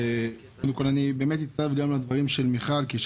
קודם כול, אני מצטרף לדברים של מיכל וולדיגר.